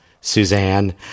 Suzanne